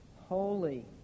Holy